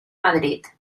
madrid